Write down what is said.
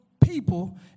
people